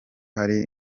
hari